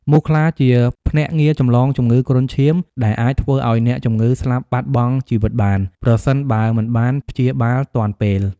មូសខ្លាជាភ្នាក់ងារចម្លងជំងឺគ្រុនឈាមដែលអាចធ្វើឲ្យអ្នកជំងឺស្លាប់បាត់បង់ជីវិតបាន ប្រសិនបើមិនបានព្យាបាលទាន់ពេល។